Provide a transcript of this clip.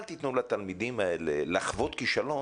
אל תתנו לתלמידים האלה לחוות כישלון